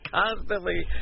constantly